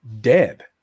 dead